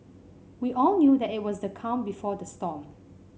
we all knew that it was the calm before the storm